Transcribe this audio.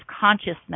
consciousness